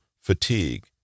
fatigue